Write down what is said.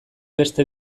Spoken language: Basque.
beste